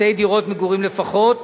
שתי דירות מגורים לפחות,